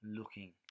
looking